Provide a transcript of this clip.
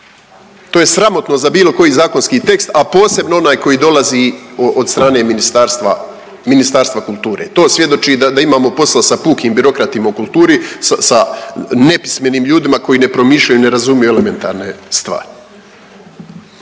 To je sramotno za bilo koji zakonski tekst, a posebno onaj koji dolazi od strane ministarstva, Ministarstva kulture, to svjedoči da, da imamo posla sa pukim birokratima u kulturi, sa, sa nepismenim ljudima koji ne promišljaju i ne razumiju elementarne stvari.